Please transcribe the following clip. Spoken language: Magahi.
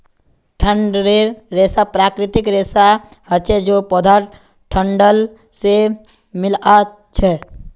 डंठलेर रेशा प्राकृतिक रेशा हछे जे पौधार डंठल से मिल्आ छअ